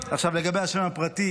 לגבי השם הפרטי,